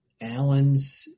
Allen's